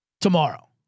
tomorrow